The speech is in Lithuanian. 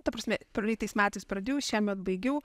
ta prasme praeitais metais pradėjau šiemet baigiau